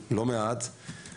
מעצמם לא מעט בשביל לעלות להר הבית.